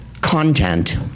content